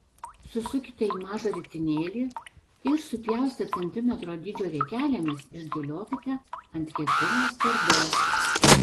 susukite į mažą ritinėlį ir supjaustę centimetro dydžio riekelėmis išdėliokite ant kepimo skardos